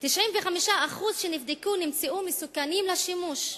95% מהגנים שנבדקו נמצאו מסוכנים לשימוש.